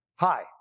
Hi